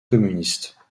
communiste